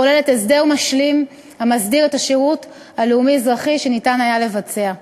הכוללת הסדר משלים המסדיר את השירות הלאומי-אזרחי שניתן יהיה לבצע.